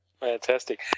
Fantastic